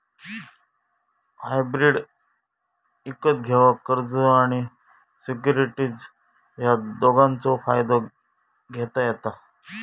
hybrid इकत घेवान कर्ज आणि सिक्युरिटीज या दोघांचव फायदो घेता येता